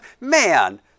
Man